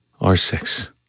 R6